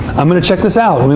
i'm gonna check this out. i mean